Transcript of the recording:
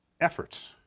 efforts